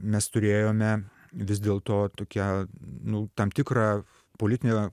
mes turėjome vis dėlto tokią nu tam tikrą politinę